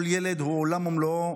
כל ילד הוא עולם ומלואו,